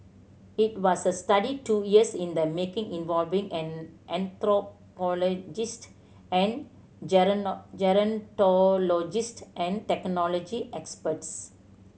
it was a study two years in the making involving an anthropologist and gerontologist and technology experts